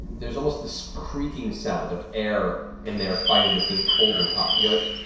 there's almost this creaking sound of air in there fighting between cold and hot, you like